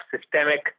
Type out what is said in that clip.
systemic